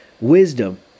Wisdom